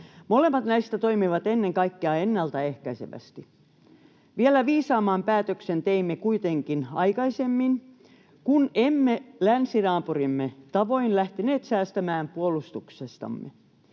Molemmat näistä toimivat ennen kaikkea ennaltaehkäisevästi. Vielä viisaamman päätöksen teimme kuitenkin aikaisemmin, kun emme länsinaapurimme tavoin lähteneet säästämään puolustuksestamme.